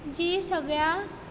जी सगळ्या